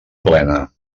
plena